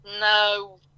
No